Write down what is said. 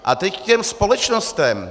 A teď k těm společnostem.